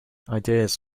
ideas